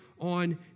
on